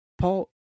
Paul